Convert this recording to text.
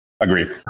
Agreed